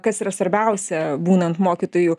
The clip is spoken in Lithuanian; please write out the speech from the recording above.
kas yra svarbiausia būnant mokytoju